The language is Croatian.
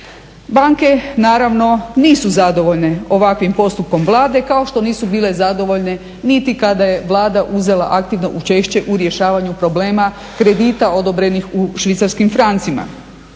Banke naravno nisu zadovoljne ovakvim postupkom Vlade kao što nisu bile zadovoljne niti kada je Vlada uzela aktivno učešće u rješavanju problema kredita odobrenih u švicarskim francima.